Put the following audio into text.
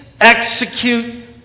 execute